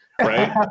right